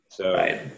Right